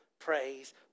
praise